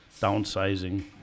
downsizing